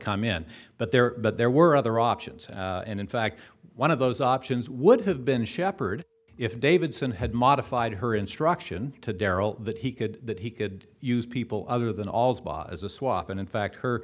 come in but there but there were other options and in fact one of those options would have been shepherd if davidson had modified her instruction to darrell that he could that he could use people other than all is a swap and in fact her